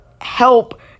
help